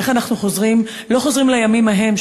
איך אנחנו לא חוזרים לימים ההם,